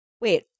wait